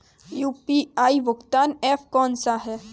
UPI भुगतान app कौन सा है?